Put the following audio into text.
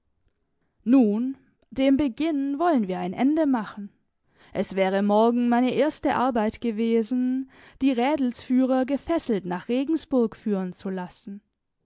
nun dem beginnen wollen wir ein ende machen es wäre morgen meine erste arbeit gewesen die rädelsführer gefesselt nach regensburg führen zu lassen